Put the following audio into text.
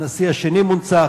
הנשיא השני מונצח,